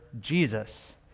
Jesus